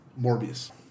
Morbius